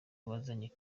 wazanye